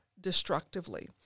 destructively